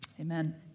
amen